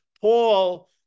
Paul